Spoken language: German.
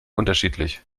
unterschiedlich